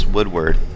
Woodward